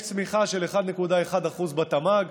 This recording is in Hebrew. יש צמיחה של 1.1% בתמ"ג,